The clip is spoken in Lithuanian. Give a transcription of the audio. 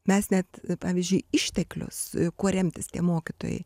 mes net pavyzdžiui išteklius kuo remtis tie mokytojai